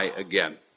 again